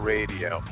Radio